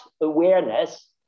awareness